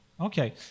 Okay